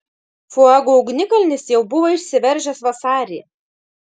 fuego ugnikalnis jau buvo išsiveržęs vasarį